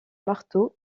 marteau